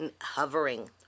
hovering